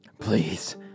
Please